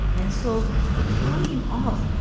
and and so it threw him off,